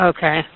Okay